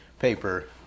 paper